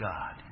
God